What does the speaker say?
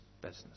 business